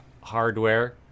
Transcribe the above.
hardware